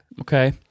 Okay